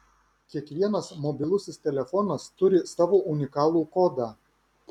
kiekvienas mobilusis telefonas turi savo unikalų kodą